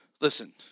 listen